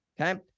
Okay